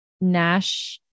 nash